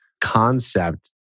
concept